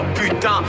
putain